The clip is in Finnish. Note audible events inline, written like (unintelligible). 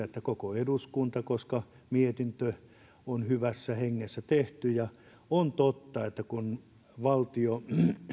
(unintelligible) että koko eduskunta koska mietintö on hyvässä hengessä tehty sillä on totta että valtio